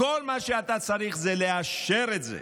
כל מה שאתה צריך זה לאשר את זה.